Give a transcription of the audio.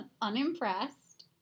unimpressed